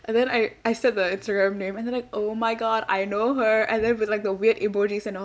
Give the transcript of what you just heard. and then I I said the Instagram name and they're like oh my god I know her and there was like weird emojis and all